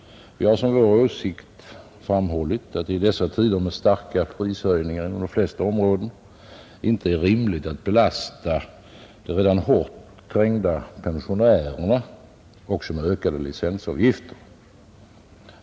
Vi har som vår åsikt framhållit att det i dessa tider med kraftiga prishöjningar på de flesta områden inte är rimligt att belasta de redan hårt trängda pensionärerna också med ökade licensavgifter.